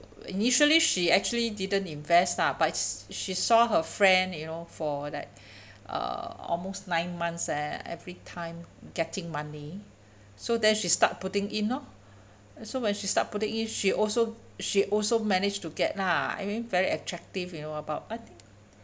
initially she actually didn't invest lah but she saw her friend you know for like uh almost nine months ah every time getting money so then she start putting in lor so when she start putting in she also she also managed to get lah I mean very attractive you know about I think